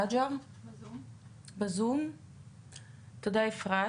תודה רבה אפרת.